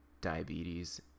diabetes